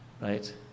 right